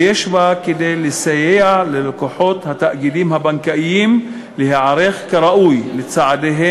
ויש בה כדי לסייע ללקוחות התאגידים הבנקאיים להיערך כראוי לצעדים